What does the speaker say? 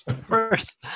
first